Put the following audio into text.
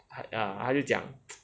哎呀他就讲